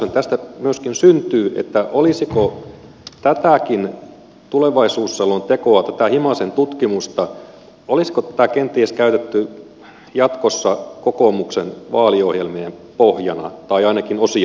epäilyshän tästä myöskin syntyy että olisiko tätäkin tulevaisuusselontekoa tätä himasen tutkimusta kenties käytetty jatkossa kokoomuksen vaaliohjelmien pohjana tai ainakin osia siitä